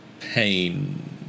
pain